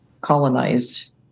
colonized